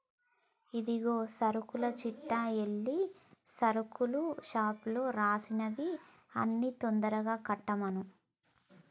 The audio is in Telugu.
ఇదిగో సరుకుల చిట్టా ఎల్లి సరుకుల షాపులో రాసినవి అన్ని తొందరగా కట్టమను